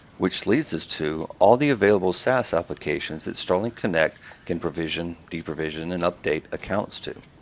which leads us to all the available saas applications that starling connect can provision, deprovision, and update accounts to.